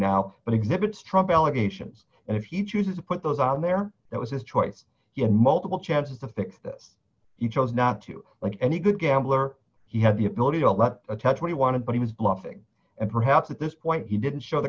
now but exhibits trump allegations and if he chooses to put those out there it was his choice he had multiple chances to fix this he chose not to like any good gambler he had the ability to let attach what he wanted but he was bluffing and perhaps at this point he didn't show the